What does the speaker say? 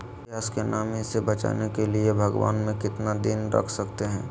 प्यास की नामी से बचने के लिए भगवान में कितना दिन रख सकते हैं?